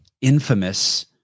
infamous